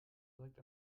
direkt